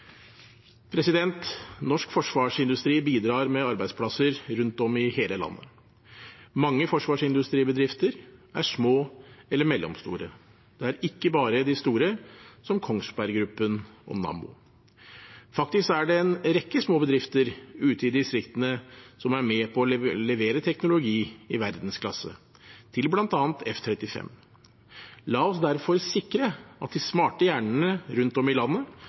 Norsk forsvarsindustri bidrar med arbeidsplasser rundt om i hele landet. Mange forsvarsindustribedrifter er små eller mellomstore, det er ikke bare de store, som Kongsberg Gruppen og Nammo. Faktisk er det en rekke små bedrifter ute i distriktene som er med på å levere teknologi i verdensklasse – til bl.a. F-35. La oss derfor sikre at de smarte hjernene rundt om i landet